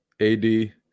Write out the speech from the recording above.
AD